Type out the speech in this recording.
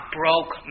broke